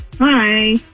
Hi